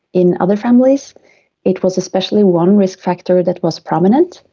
in other families it was especially one risk factor that was prominent,